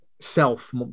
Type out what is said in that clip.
self